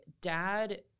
dad